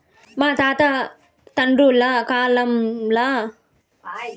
మా తాత తండ్రుల కాలంల మన ఆర్డర్లులున్నై, నేడెక్కడ